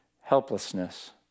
helplessness